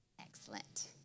Excellent